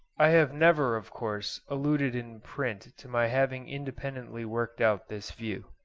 i have never, of course, alluded in print to my having independently worked out this view.